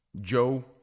Joe